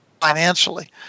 financially